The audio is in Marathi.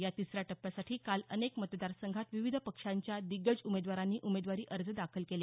या तिसऱ्या टप्प्यासाठी काल अनेक मतदार संघात विविध पक्षांच्या दिग्गज उमेदवारांनी उमेदवारी अर्ज दाखल केले